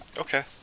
Okay